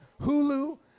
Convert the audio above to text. Hulu